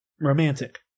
romantic